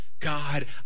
God